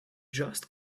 just